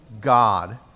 God